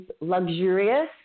luxurious